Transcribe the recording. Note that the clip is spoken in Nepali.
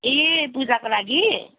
ए पूजाको लागि